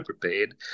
prepared